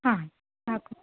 ಹಾಂ ಹಾಕು